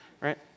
Right